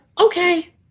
okay